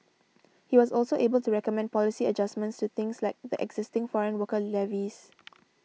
he was also able to recommend policy adjustments to things like the existing foreign worker levies